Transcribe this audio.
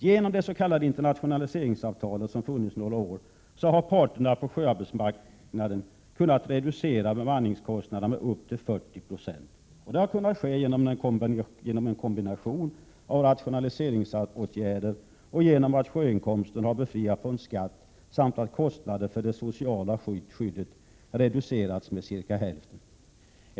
Genom det s.k. internationaliseringsavtalet, som funnits några år, har parterna på sjöarbetsmarknaden kunnat reducera bemanningskostnaderna med upp till 40 96. Detta har kunnat ske genom en kombination av rationaliseringsåtgärder och att sjöinkomsten har befriats från skatt samt att kostnader för det sociala skyddet reducerats med cirka hälften.